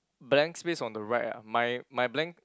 blank space on the right ah my my blank